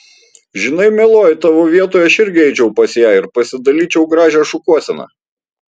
žinai mieloji tavo vietoje aš irgi eičiau pas ją ir pasidalyčiau gražią šukuoseną